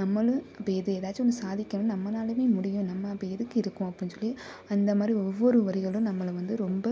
நம்மளும் இப்போ எது ஏதாச்சும் ஒன்று சாதிக்கணும் நம்மளாலையுமே முடியும் நம்ம அப்போ எதுக்கு இருக்கோம் அப்படின்னு சொல்லி அந்தமாதிரி ஒவ்வொரு வரிகளும் நம்மளை வந்து ரொம்ப